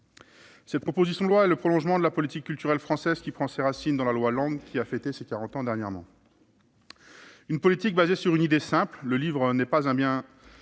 cette proposition de loi est le prolongement de la politique culturelle française, qui prend ses racines dans la loi Lang, laquelle a fêté dernièrement ses quarante ans. Une politique fondée sur une idée simple : le livre n'est pas un bien